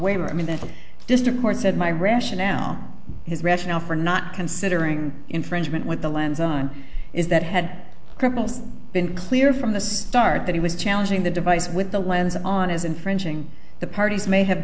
whether i mean that the district court said my rationale his rationale for not considering infringement with the lands on is that had criminals been clear from the start that he was challenging the device with the lens on his infringing the parties may have